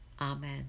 Amen